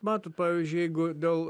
matot pavyzdžiui jeigu dėl